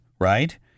right